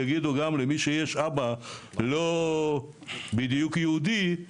יגידו גם למי שיש אבא לא בדיוק יהודי,